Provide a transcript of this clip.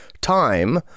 time